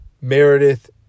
Meredith